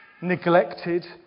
neglected